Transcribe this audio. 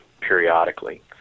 periodically